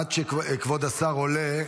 עד שכבר כבוד השר עולה,